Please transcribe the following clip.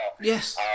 Yes